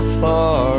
far